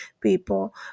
people